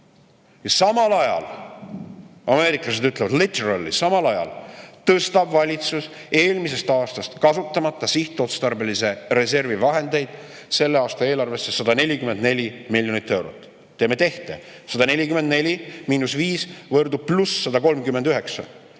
Samal ajal – ameeriklased ütlevadliterally –tõstab valitsus eelmisest aastast kasutamata sihtotstarbelise reservi vahendeid selle aasta eelarvesse 144 miljonit eurot. Teeme tehte: 144 – 5 = 139. Pluss 139!